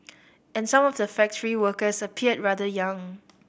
and some of the factory workers appeared rather young